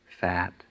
fat